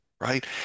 right